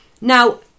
Now